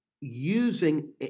using